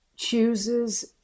Chooses